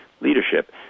Leadership